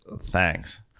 Thanks